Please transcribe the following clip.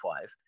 five